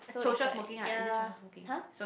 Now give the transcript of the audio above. so it's like ya !huh!